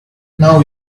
now